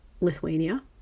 Lithuania